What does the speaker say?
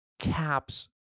caps